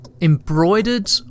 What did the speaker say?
embroidered